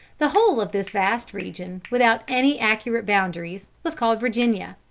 the whole of this vast region without any accurate boundaries, was called virginia.